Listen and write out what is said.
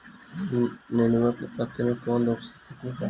नेनुआ के पत्ते कौने रोग से सिकुड़ता?